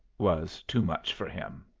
was too much for him.